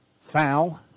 foul